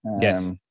yes